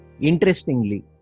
Interestingly